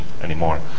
anymore